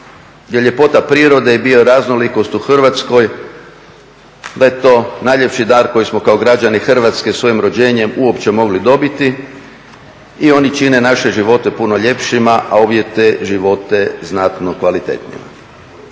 ljepota prirode i bioraznolikost u Hrvatskoj da je to najljepši dar koji smo kao građani Hrvatske svojim rođenjem uopće mogli dobiti i oni čine naše živote puno ljepšima a uvjete života znatno kvalitetnijima.